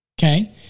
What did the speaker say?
Okay